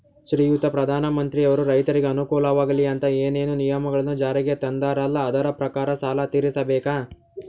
ಶ್ರೀಯುತ ಪ್ರಧಾನಮಂತ್ರಿಯವರು ರೈತರಿಗೆ ಅನುಕೂಲವಾಗಲಿ ಅಂತ ಏನೇನು ನಿಯಮಗಳನ್ನು ಜಾರಿಗೆ ತಂದಾರಲ್ಲ ಅದರ ಪ್ರಕಾರನ ಸಾಲ ತೀರಿಸಬೇಕಾ?